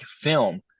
film